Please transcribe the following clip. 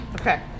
okay